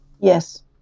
Yes